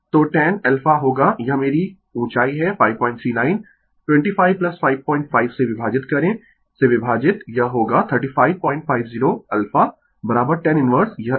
तो tan alpha होगा यह मेरी ऊँचाई है 539 25 55 से विभाजित करें से विभाजित यह होगा 3550 अल्फा tan इनवर्स यह एक